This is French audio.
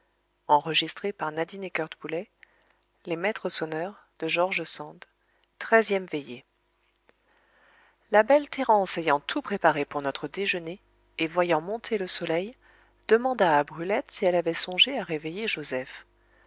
treizième veillée la belle thérence ayant tout préparé pour notre déjeuner et voyant monter le soleil demanda à brulette si elle avait songé à réveiller joseph